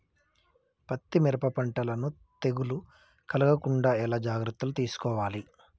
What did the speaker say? పత్తి మిరప పంటలను తెగులు కలగకుండా ఎలా జాగ్రత్తలు తీసుకోవాలి?